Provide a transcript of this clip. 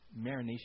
marination